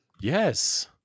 Yes